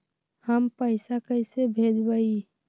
हम पैसा कईसे भेजबई?